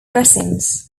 resins